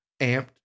amped